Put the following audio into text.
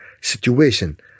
situation